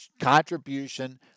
contribution